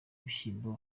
ibishyimbo